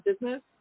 business